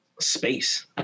space